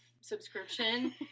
subscription